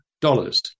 dollars